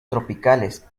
tropicales